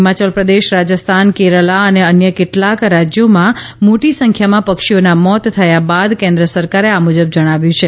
હિમાચલ પ્રદેશ રાજસ્થાન કેરાલા અને અન્ય કેટલાંક રાજ્યોમાં મોટી સંખ્યામાં પક્ષીઓના મોત થયા બાદ કેન્દ્ર એ આ મુજબ જણાવ્યું છે